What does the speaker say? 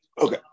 Okay